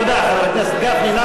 תודה, חבר הכנסת גפני.